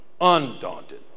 Undaunted